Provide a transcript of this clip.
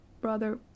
brother